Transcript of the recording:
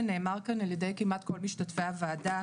ונאמר כאן על ידי כמעט כל משתתפי הוועדה,